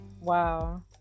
wow